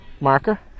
marker